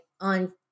on